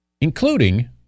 including